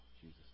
Jesus